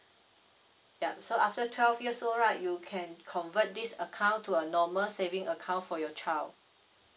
yup so after twelve years old right you can convert this account to a normal saving account for your child